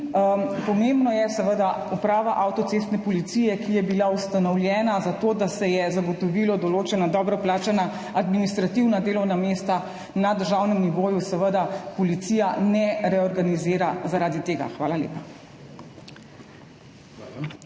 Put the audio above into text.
Pomembno je, seveda, da uprave avtocestne policije, ki je bila ustanovljena za to, da se je zagotovilo določena dobro plačana administrativna delovna mesta na državnem nivoju, seveda policija ne reorganizira zaradi tega. Hvala lepa.